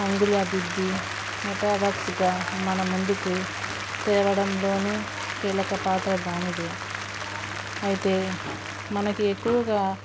రంగులాగా దిద్ది మెటాబక్స్గా మన ముందుకు తేవడంలో కీలకపాత్ర దానిదే అయితే మనకి ఎక్కువగా